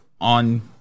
on